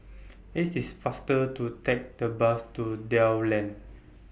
IT IS faster to Take The Bus to Dell Lane